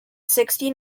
sixty